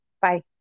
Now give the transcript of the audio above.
Bye